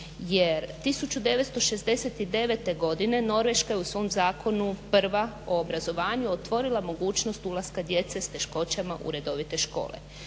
jer 1969.godine Norveška je u svom zakonu prva o obrazovanju otvorila mogućnost ulaska djece s teškoćama u redovite škole.